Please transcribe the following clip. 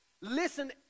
Listen